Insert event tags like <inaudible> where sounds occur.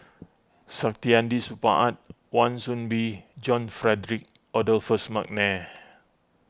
<noise> Saktiandi Supaat <noise> Wan Soon Bee John Frederick Adolphus McNair